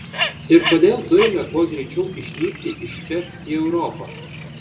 ir kodėl turime kuo greičiau išnykti iš čia į europą